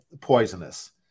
poisonous